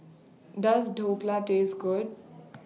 Does Dhokla Taste Good